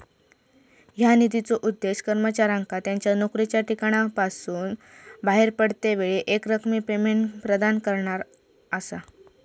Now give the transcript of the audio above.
ह्या निधीचो उद्देश कर्मचाऱ्यांका त्यांच्या नोकरीच्या ठिकाणासून बाहेर पडतेवेळी एकरकमी पेमेंट प्रदान करणा असा